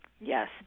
Yes